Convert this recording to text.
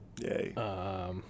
yay